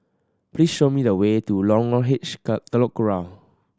please show me the way to Lorong H Telok Kurau